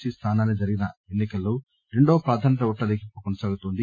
C స్టానానికి జరిగిన ఎన్సి కల్లో రెండో ప్రాధాన్యత ఓట్ల లెక్కింపు కొనసాగుతోంది